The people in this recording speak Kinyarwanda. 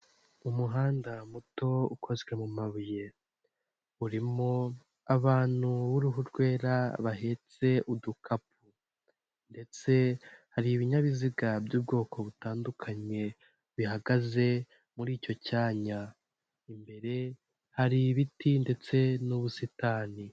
Umuhanda muto ukozwe mu mabuye, urimo abantu b'uruhu rwera bahetse udukapu ndetse hari ibinyabiziga by'ubwoko butandukanye bihagaze muri icyo cyanya, imbere hari ibiti ndetse n'ubusitani.